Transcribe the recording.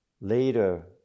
Later